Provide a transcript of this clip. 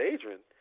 Adrian